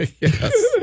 Yes